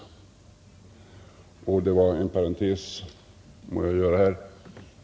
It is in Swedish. En parentes må jag göra här.